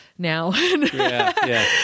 now